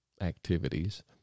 activities